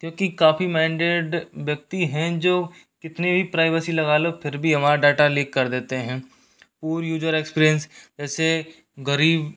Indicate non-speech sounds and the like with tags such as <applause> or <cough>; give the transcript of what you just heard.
क्योंकि काफ़ी माइंडेड व्यक्ति हैं जो कितनी भी प्राइवेसी लगा लो फिर भी हमारा डाटा लीक कर देते हैं <unintelligible> यूजर एक्सपीरियंस जैसे गरीब